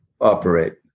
operate